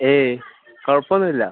ഏയ് കുഴപ്പം ഒന്നും ഇല്ല